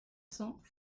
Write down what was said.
cents